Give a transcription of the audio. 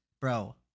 bro